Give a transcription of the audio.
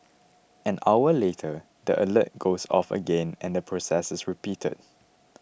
an hour later the alert goes off again and the process is repeated